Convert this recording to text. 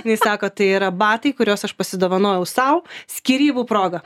jinai sako tai yra batai kuriuos aš pasidovanojau sau skyrybų proga